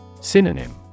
Synonym